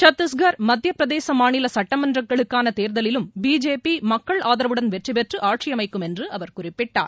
சத்தீஷ்கர் மத்தியப்பிரதேச மாநில சட்டமன்றங்களுக்கான தேர்தலிலும் பிஜேபி மக்கள் ஆதரவுடன் வெற்றி பெற்று ஆட்சி அமைக்கும் என்று அவர் குறிப்பிட்டார்